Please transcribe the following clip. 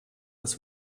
das